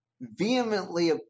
vehemently